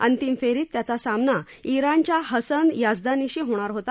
अंतिम फेरीत त्याचा सामना इराणच्या हसन याझदानीशी होणार होता